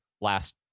Last